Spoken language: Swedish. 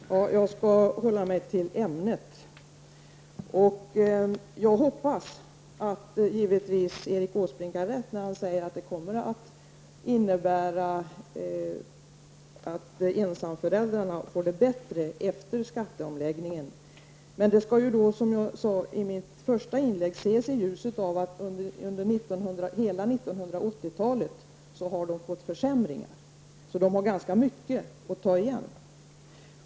Herr talman! Jag skall hålla mig till ämnet. Jag hoppas givetvis att Erik Åsbrink har rätt när han säger att ensamföräldrarna får det bättre efter skatteomläggningen. Men det skall ju, som jag sade i mitt första inlägg, ses i ljuset av att de under hela 80-talet har fått försämringar. Så de har ganska mycket att ta igen.